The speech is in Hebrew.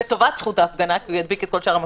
לטובת זכות ההפגנה כי הוא ידביק את כל שאר המפגינים.